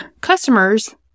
customers